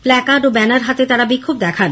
placard ও banner হাতে তারা বিক্ষোভ দেখান